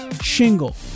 Shingle